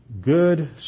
good